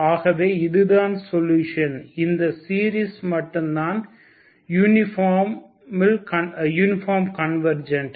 ஆகவே இதுதான் சொல்யூஷன் இந்த சீரிஸ் மட்டும்தான் யூனிபார்மில் கன்வர்ஜெண்ட்